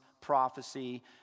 prophecy